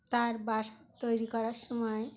তার বাসা তৈরি করার সময়